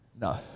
No